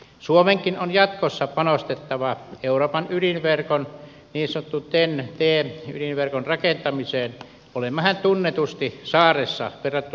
suomenkin on jatkossa panostettava euroopan ydinverkon niin sanotun ten ydinverkon rakentamiseen olemmehan tunnetusti saaressa verrattuna muuhun eurooppaan